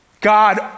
God